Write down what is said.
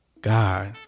God